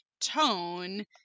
tone